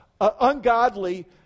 ungodly